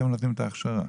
אתם נותנים את ההכשרה?